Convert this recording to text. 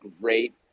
great